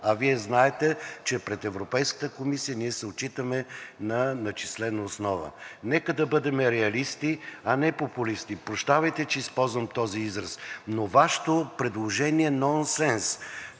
Вие знаете, че пред Европейската комисия ние се отчитаме на начислена основа. Нека да бъдем реалисти, а не популисти. Прощавайте, че използвам този израз, но Вашето предложение е нонсенс